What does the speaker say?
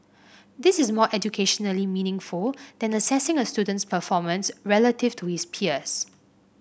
this is more educationally meaningful than assessing a student's performance relative to his peers